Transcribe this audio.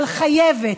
אבל חייבת,